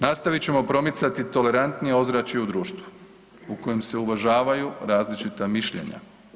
Nastavit ćemo promicati tolerantnije ozračje u društvu u kojem se uvažavaju različita mišljenja.